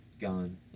gone